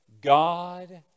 God